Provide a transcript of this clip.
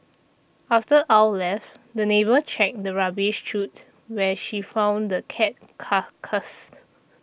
after Ow left the neighbour checked the rubbish chute where she found the cat's carcass